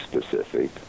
specific